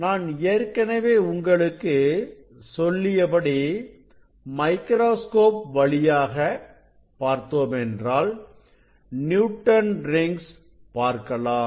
நான் ஏற்கனவே உங்களுக்கு சொல்லியபடி மைக்ரோஸ்கோப் வழியாக பார்த்தோமென்றால் நியூட்டன் ரிங்ஸ் பார்க்கலாம்